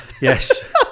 Yes